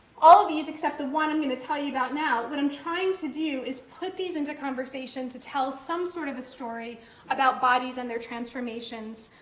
all of these except the one i'm going to tell you about now, what i'm trying to do is put these into conversations to tell some sort of a story about bodies and their transformations,